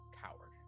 coward